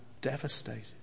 devastated